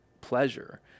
pleasure